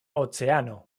oceano